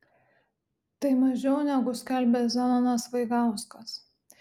tai mažiau negu skelbė zenonas vaigauskas